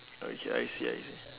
okay I see I see